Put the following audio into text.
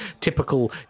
typical